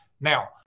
Now